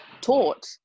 taught